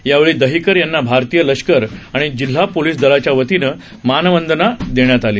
यावेळी दहीकर यांना भारतीय लष्कर आणि जिल्हा पोलीस दलाच्या वतीनं मानवंदना देण्यात आली